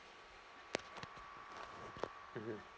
mmhmm